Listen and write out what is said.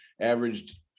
averaged